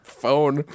phone